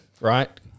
right